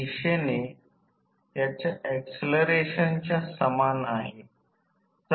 दुय्यम वर कोणतेही भार नाही हे ओपन सर्किट लिहिलेले आहे